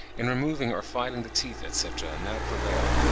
in removing or filing the teeth, etc, now prevail,